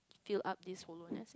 fill up this hollowness